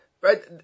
Right